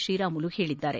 ಶ್ರೀರಾಮುಲು ಹೇಳಿದ್ದಾರೆ